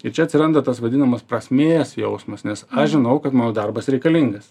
ir čia atsiranda tas vadinamas prasmės jausmas nes aš žinau kad mano darbas reikalingas